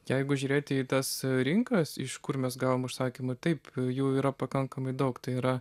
jeigu žiūrėti į tas rinkas iš kur mes gavom užsakymų taip jų yra pakankamai daug tai yra